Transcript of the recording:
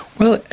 well,